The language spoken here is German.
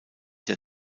der